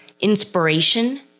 inspiration